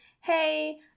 hey